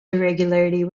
irregularity